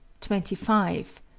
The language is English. twenty five.